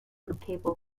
cable